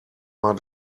mal